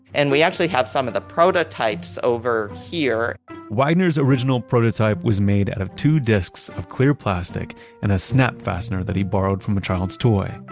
and we actually have some of the prototypes over here wagner's original prototype was made out of two discs of clear plastic and a snap fastener that he borrowed from a child's toy.